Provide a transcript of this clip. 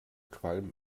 qualm